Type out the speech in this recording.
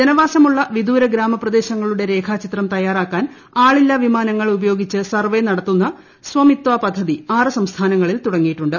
ജനവാസമുള്ള വിദൂര ഗ്രാമപ്രദേശങ്ങളുടെ രേഖാചിത്രം തയ്യാറാക്കാൻ ആളില്ല വിമാനങ്ങൾ ഉപയോഗിച്ച് സർവേ നടത്തുന്ന സ്ഥമിതാ പദ്ധതി ആറ് സംസ്ഥാനങ്ങളിൽ തുടങ്ങിയിട്ടുണ്ട്